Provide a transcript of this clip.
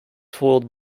foiled